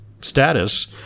status